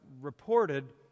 reported